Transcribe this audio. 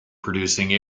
producing